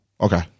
okay